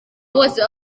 bose